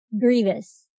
Grievous